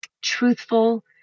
truthful